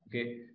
okay